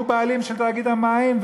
הוא בעלים של תאגיד המים,